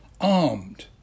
armed